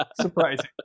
Surprising